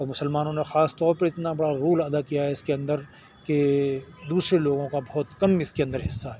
اور مسلمانوں نے خاص طور پر اتنا بڑا رول ادا کیا ہے اس کے اندر کہ دوسرے لوگوں کا بہت کم اس کے اندر حصہ ہے